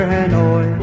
Hanoi